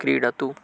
क्रीडतु